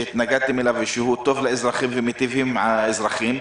שהתנגדתם לו ושהוא טוב לאזרחים ומיטיב עם האזרחים.